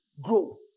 grow